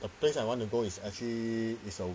the place I want to go is actually is a